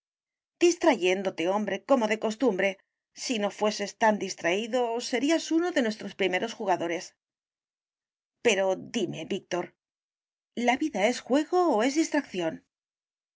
distrayéndote hombre como de costumbre si no fueses tan distraído serías uno de nuestros primeros jugadores pero dime víctor la vida es juego o es distracción